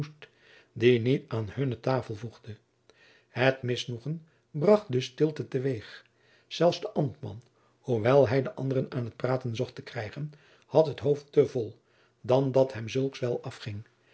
die niet aan hunne tafel voegde het misnoegen bracht dus stilte te weeg zelfs de ambtman hoewel hij de anderen aan jacob van lennep de pleegzoon t praten zocht te krijgen had het hoofd te vol dan dat hem zulks wel afging